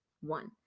one